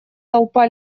толпа